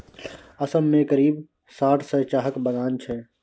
असम मे करीब आठ सय चाहक बगान छै